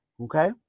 okay